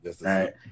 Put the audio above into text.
right